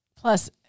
Plus